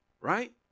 right